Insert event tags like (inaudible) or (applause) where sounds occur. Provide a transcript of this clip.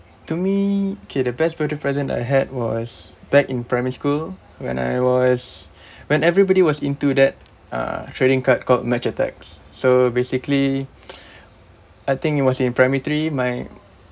to me K the best birthday present that I had was back in primary school when I was (breath) when everybody was into that uh trading card called match attacks so basically (breath) I think it was in primary three my